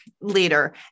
leader